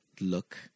look